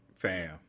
Fam